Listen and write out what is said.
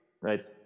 Right